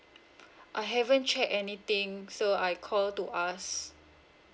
I haven't check anything so I call to ask